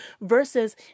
versus